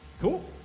cool